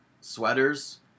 sweaters